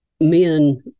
Men